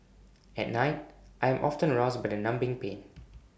at night I am often roused by the numbing pain